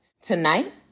Tonight